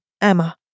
EMMA